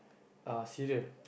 uh cereal